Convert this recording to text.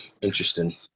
interesting